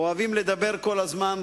אוהבים לדבר כל הזמן,